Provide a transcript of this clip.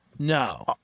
No